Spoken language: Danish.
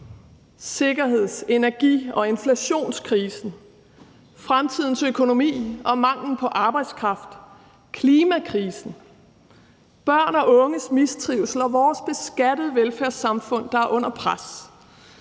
sikkerheds-, energi- og inflationskrisen, fremtidens økonomi og manglen på arbejdskraft, klimakrisen, børn og unges mistrivsel og vores beskattede velfærdssamfund, der er under pres.